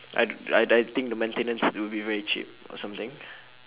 I don't I I'd think the maintenance will be very cheap or something